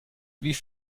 wie